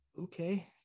okay